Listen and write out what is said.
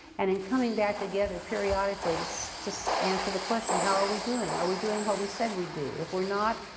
and in coming back together periodically to so to so answer the question, how are we doing? are we doing what we said we'd do? if we're not,